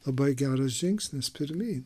labai geras žingsnis pirmyn